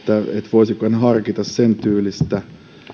voisiko hän harkita sentyylistä